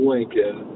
Lincoln